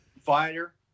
Fighter